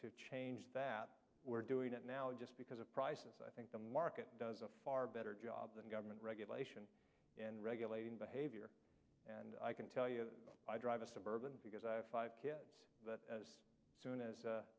to change that we're doing it now just because of prices i think the market does a far better job than government regulation in regulating behavior and i can tell you i drive a suburban because i have five kids as soon as